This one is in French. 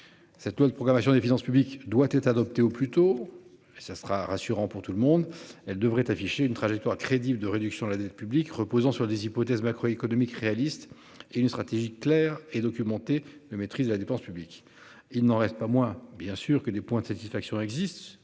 Cette loi de programmation des finances publiques doit être adopté au plus tôt et ça sera rassurant pour tout le monde. Elle devrait afficher une trajectoire crédible de réduction de la dette publique reposant sur des hypothèses macroéconomiques réalistes et une stratégie claire et documentée de maîtrise de la dépense publique, il n'en reste pas moins bien sûr que les points de satisfaction existe